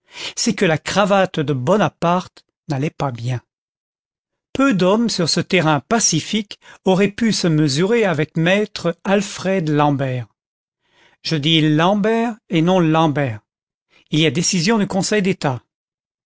c'est que la cravate de bonaparte n'allait pas bien peu d'hommes sur ce terrain pacifique auraient pu se mesurer avec maître alfred l'ambert je dis l'ambert et non lambert ilyadécision du conseil d'état